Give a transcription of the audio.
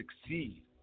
succeed